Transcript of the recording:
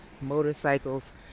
motorcycles